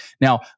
Now